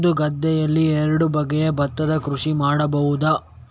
ಒಂದು ಗದ್ದೆಯಲ್ಲಿ ಎರಡು ಬಗೆಯ ಭತ್ತದ ಕೃಷಿ ಮಾಡಬಹುದಾ?